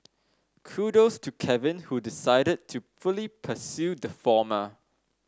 kudos to Kevin who decided to fully pursue the former